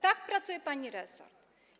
Tak pracuje pani resort.